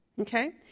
Okay